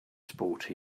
sport